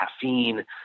caffeine